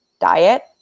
diet